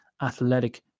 athletic